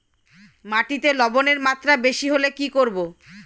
মাটিতে লবণের মাত্রা বেশি হলে কি করব?